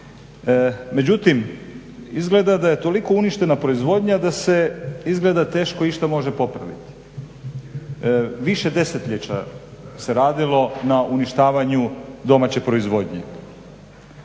Međutim, izgleda da je toliko uništena proizvodnja da se izgleda teško išta može popraviti. Više desetljeća se radilo na uništavanju domaće proizvodnje.